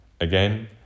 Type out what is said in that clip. Again